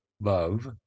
love